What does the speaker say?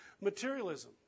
materialism